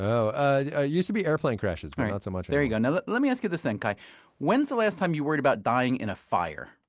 ah ah ah used to be airplane crashes, but not so much anymore you know let let me ask you this thing, kai when's the last time you worried about dying in a fire?